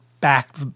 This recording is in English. back